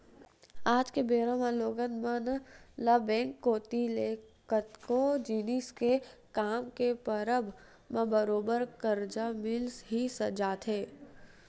आज के बेरा म लोगन मन ल बेंक कोती ले कतको जिनिस के काम के परब म बरोबर करजा मिल ही जाथे